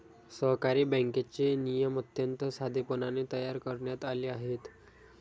सहकारी बँकेचे नियम अत्यंत साधेपणाने तयार करण्यात आले आहेत